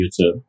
YouTube